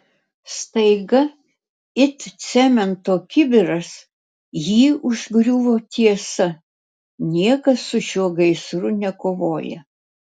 staiga it cemento kibiras jį užgriuvo tiesa niekas su šiuo gaisru nekovoja